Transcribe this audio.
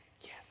Yes